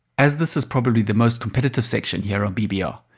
as this is probably the most competitive section here on bbr,